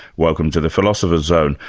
welcome to the philosopher's zone,